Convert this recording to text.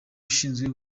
ashinzwe